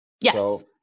Yes